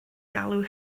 galw